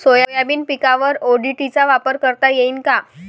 Soybean पिकावर ODT चा वापर करता येईन का?